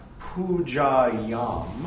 Pujayam